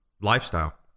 lifestyle